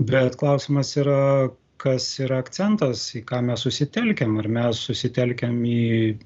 bet klausimas yra kas yra akcentas į ką mes susitelkiame ar mes susitelkiam į